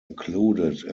included